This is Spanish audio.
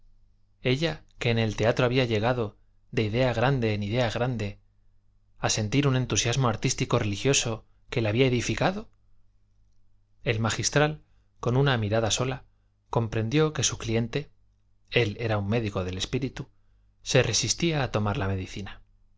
ella que en el teatro había llegado de idea grande en idea grande a sentir un entusiasmo artístico religioso que la había edificado el magistral con una mirada sola comprendió que su cliente él era un médico del espíritu se resistía a tomar la medicina